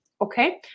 okay